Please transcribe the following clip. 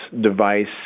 device